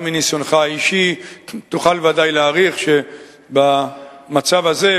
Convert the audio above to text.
גם מניסיונך האישי תוכל בוודאי להעריך שבמצב הזה,